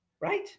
Right